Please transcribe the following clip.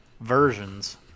versions